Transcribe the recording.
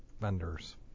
vendors